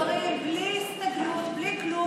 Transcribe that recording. זרקת את המספרים, בלי הסתגלות, בלי כלום.